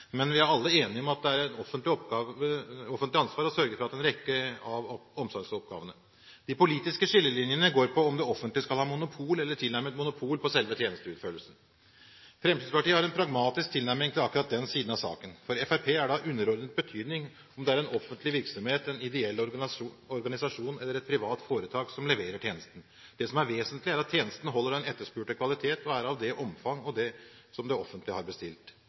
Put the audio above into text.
Men vi er alle enige om at det er et offentlig ansvar å sørge for en rekke av omsorgsoppgavene. De politiske skillelinjene går på om det offentlige skal ha monopol, eller tilnærmet monopol, på selve tjenesteutførelsen. Fremskrittspartiet har en pragmatisk tilnærming til akkurat den siden av saken. For Fremskrittspartiet er det av underordnet betydning om det er en offentlig virksomhet, en ideell organisasjon, eller et privat foretak som leverer tjenesten. Det som er vesentlig, er at tjenesten holder den etterspurte kvalitet og er av det omfang som det offentlige har bestilt.